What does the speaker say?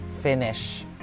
finish